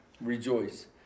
rejoice